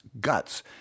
guts